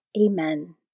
Amen